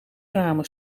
ramen